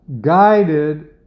guided